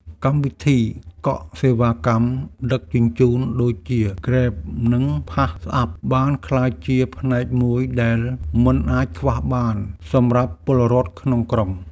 កម្មវិធីកក់សេវាកម្មដឹកជញ្ជូនដូចជាហ្គ្រេបនិងផាសអាប់បានក្លាយជាផ្នែកមួយដែលមិនអាចខ្វះបានសម្រាប់ពលរដ្ឋក្នុងក្រុង។